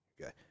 okay